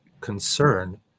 concern